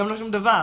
גם לא שום דבר.